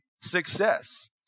success